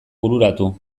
bururatu